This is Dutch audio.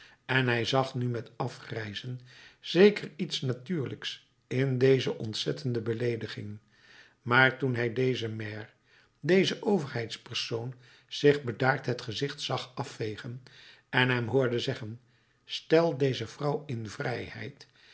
en hij zag nu met afgrijzen zeker iets natuurlijks in deze ontzettende beleediging maar toen hij dezen maire dezen overheidspersoon zich bedaard het gezicht zag afvegen en hem hoorde zeggen stel deze vrouw in vrijheid